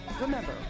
remember